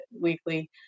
Weekly